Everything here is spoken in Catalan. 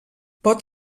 pot